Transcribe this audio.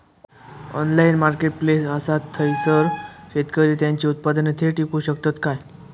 Online marketplace असा थयसर शेतकरी त्यांची उत्पादने थेट इकू शकतत काय?